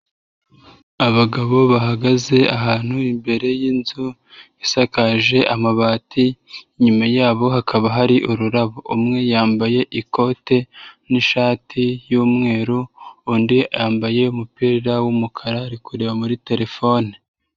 Abagabo bahagaze ahantu imbere y'inzu isakaje amabati, inyuma yabo hakaba hari ururabo, umwe yambaye ikote n'ishati y'umweru undi yambaye umupira w'umukara ari kureba muri telefone.